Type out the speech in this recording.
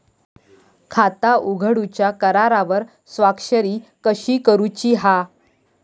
खाता उघडूच्या करारावर स्वाक्षरी कशी करूची हा?